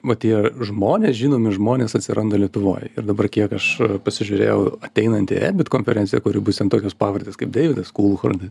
va tie žmonės žinomi žmonės atsiranda lietuvoj ir dabar kiek aš pasižiūrėjau ateinantį ebit konferenciją kur jau bus ten tokios pavardės kaip deividas kulchord